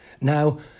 Now